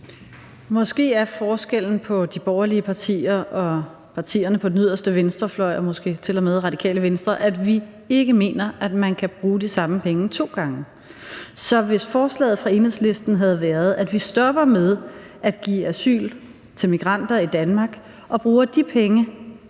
Måske er forskellen på de borgerlige partier og partierne på den yderste venstrefløj – og måske til og med Radikale Venstre – at vi ikke mener, at man kan bruge de samme penge to gange. Så hvis forslaget fra Enhedslisten havde været, at vi stopper med at give asyl til migranter i Danmark og bruger de penge